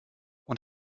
und